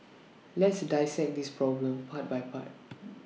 let's dissect this problem part by part